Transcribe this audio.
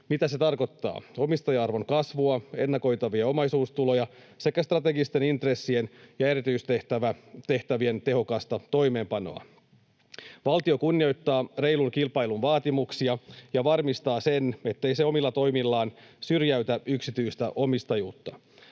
Mitä se tarkoittaa? Omistaja-arvon kasvua, ennakoitavia omaisuustuloja sekä strategisten intressien ja erityistehtävien tehokasta toimeenpanoa. Valtio kunnioittaa reilun kilpailun vaatimuksia ja varmistaa sen, ettei se omilla toimillaan syrjäytä yksityistä omistajuutta.